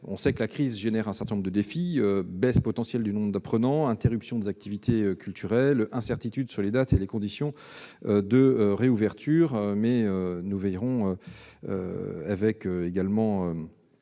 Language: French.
On sait que la crise suscite un certain nombre de défis : baisse potentielle du nombre d'apprenants, interruption des activités culturelles, incertitudes sur les dates et les conditions de réouverture. Nous veillerons toutefois,